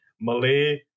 Malay